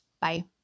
Bye